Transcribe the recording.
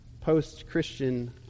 post-Christian